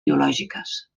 biològiques